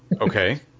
okay